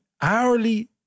hourly